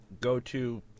go-to